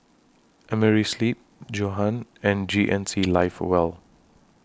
Amerisleep Johan and G N C Live Well